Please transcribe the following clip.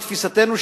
לתפיסתנו,